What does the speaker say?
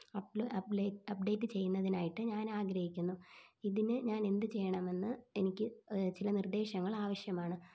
up date ചെയ്യുന്നതിനായിട്ട് ഞാനാഗ്രഹിക്കുന്നു ഇതിന് ഞാനെന്ത് ചെയ്യണമെന്ന് എനിക്ക് ചില നിർദ്ദേശങ്ങൾ ആവശ്യമാണ്